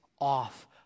off